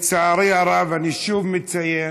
לצערי הרב, אני שוב מציין